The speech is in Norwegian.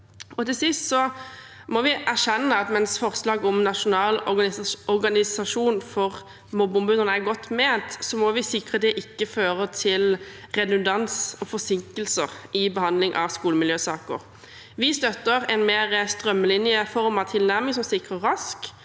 Til sist: Vi må erkjenne at mens forslaget om en nasjonal organisasjon for mobbeombudene er godt ment, må vi sikre at det ikke fører til redundans og forsinkelser i behandlingen av skolemiljøsaker. Vi støtter en mer strømlinjeformet tilnærming som sikrer rask